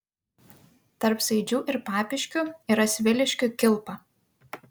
tarp saidžių ir papiškių yra sviliškių kilpa